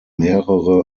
mehrere